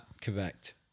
Correct